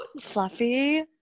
Fluffy